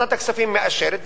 ועדת הכספים מאשרת,